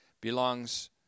belongs